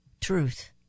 truth